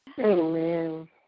Amen